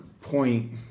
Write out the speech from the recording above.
point